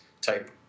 type